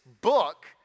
book